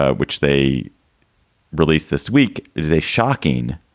ah which they released this week, is a shocking,